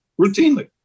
Routinely